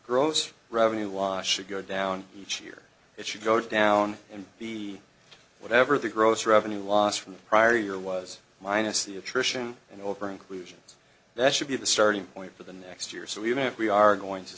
gross revenue why should go down each year it should go down and be whatever the gross revenue loss from the prior year was minus the attrition and over inclusions that should be the starting point for the next year so even if we are going to